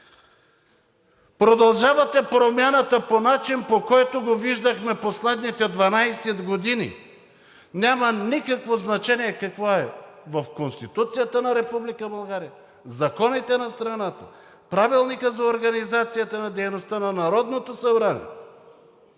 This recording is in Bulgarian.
Продължавате промяната по начин, по който го виждахме последните 12 години. Няма никакво значение какво е в Конституцията на Република България, в законите на страната, в Правилника за организацията и дейността на Народното събрание,